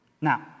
Now